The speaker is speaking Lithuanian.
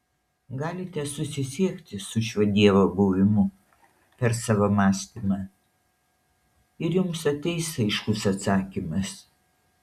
galite susisiekti su šiuo dievo buvimu per savo mąstymą ir jums ateis aiškus atsakymas